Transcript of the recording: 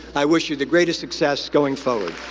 i wish you the greatest success going forward.